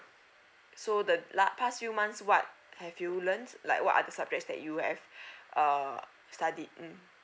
so the~ like past few months what have you learnt like what are the subjects that you have uh studied mm